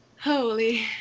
Holy